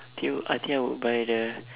K I think I would buy the